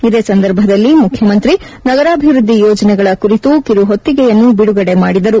ಇದೇ ಸಂದರ್ಭದಲ್ಲಿ ಮುಖ್ಯಮಂತ್ರಿ ನಗರಾಭಿವೃದ್ದಿ ಯೋಜನೆಗಳ ಕುರಿತು ಕಿರುಹೊತ್ತಿಗೆಯನ್ನು ಬಿಡುಗಡೆ ಮಾಡಿದರು